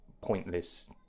pointless